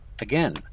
again